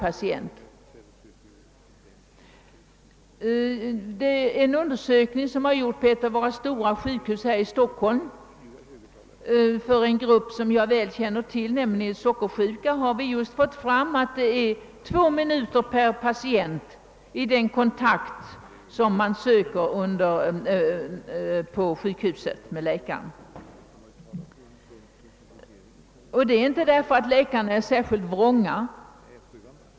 Detta framgår av en undersökning som gjorts på ett av våra stora sjukhus här i Stockholm. Denna undersökning har gjorts för en grupp som jag väl känner till, nämligen de sockersjuka. Vi har fått fram att det blir 2 minuter per patient vid den kontakt som man söker uppnå med läkaren på sjukhuset. Detta beror inte på att läkarna är särskilt vrånga.